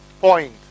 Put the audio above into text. point